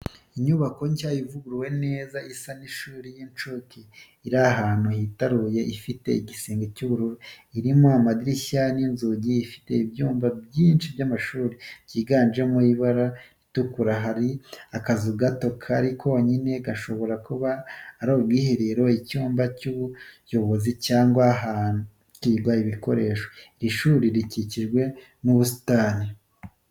Inyubako nshya ivuguruwe neza, isa n’ishuri ry'incuke iri ahantu hitaruye Ifite igisenge cy'ubururu, irimo amadirishya n'inzugi ifite ibyumba byinshi by'amashuri byiganjemo ibara ritukura, hari akazu gato kari konyine gashobora kuba ari ubwiherero, icyumba cy’ubuyobozi, cyangwa ahabikwa ibikoresho. Iri shuri rikikijwe n'ubusitani.